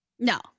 No